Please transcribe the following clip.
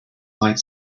might